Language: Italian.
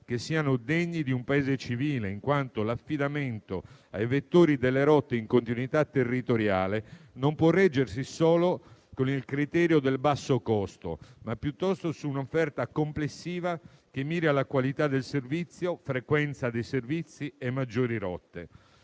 che siano degni di un Paese civile. L'affidamento ai vettori delle rotte in continuità territoriale può reggersi, infatti, non solo con il criterio del basso costo, ma piuttosto su un'offerta complessiva che miri alla qualità del servizio, frequenza dei servizi e maggiori rotte.